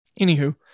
Anywho